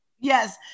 Yes